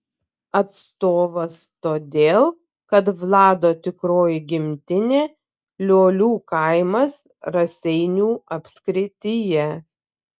atstovas todėl kad vlado tikroji gimtinė liolių kaimas raseinių apskrityje